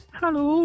hello